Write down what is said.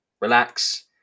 relax